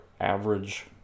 average